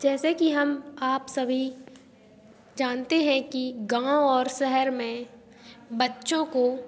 जैसे कि हम आप सभी जानते हैं कि गाँव और शहर में बच्चों को